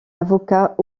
avocat